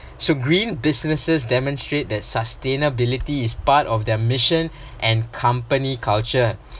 so green businesses demonstrate that sustainability is part of their mission and company culture